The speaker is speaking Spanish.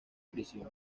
prisión